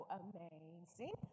amazing